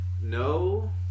no